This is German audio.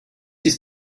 ist